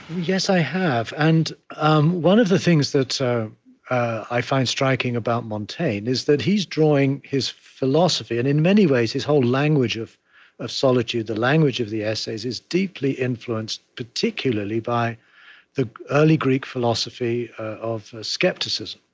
yes, i have. and um one of the things ah i find striking about montaigne is that he's drawing his philosophy and, in many ways, his whole language of ah solitude the language of the essays is deeply influenced, particularly, by the early greek philosophy of skepticism,